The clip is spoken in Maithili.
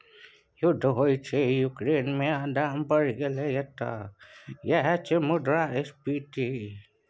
युद्ध होइ छै युक्रेन मे आ दाम बढ़ि गेलै एतय यैह छियै मुद्रास्फीति